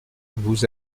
vous